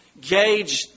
gauge